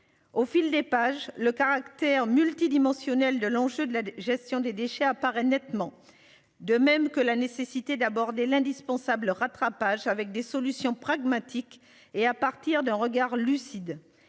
Au fil des pages, le caractère multidimensionnel de l'enjeu de la gestion des déchets apparaît nettement. De même que la nécessité d'aborder l'indispensable rattrapage avec des solutions pragmatiques et à partir d'un regard lucide